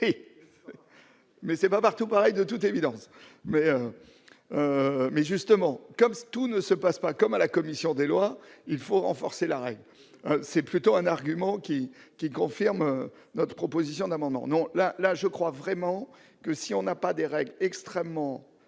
Mais c'est partout pareil, de toute évidence, mais, mais justement, comme ça, tout ne se passe pas comme à la commission des lois, il faut renforcer la règle, c'est plutôt un argument qui qui confirme notre proposition d'amendement non la là, je crois vraiment que si on n'a pas des règles extrêmement